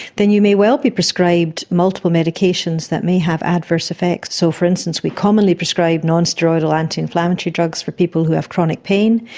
then you may well be prescribed multiple medications that may have adverse effects. so, for instance, we commonly prescribe non-steroidal anti-inflammatory drugs for people who have chronic pain.